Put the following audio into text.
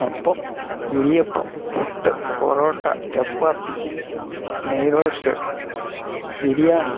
അപ്പം ഇടിയപ്പം പുട്ട് പൊറോട്ട ചപ്പാത്തി നെയ് റോസ്റ്റ് ബിരിയാണി